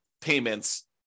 payments